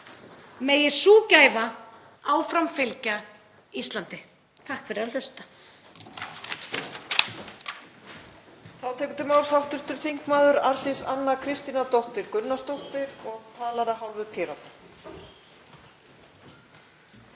megi sú gæfa áfram fylgja Íslandi. — Takk fyrir að hlusta.